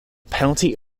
penalty